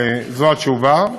וזו התשובה: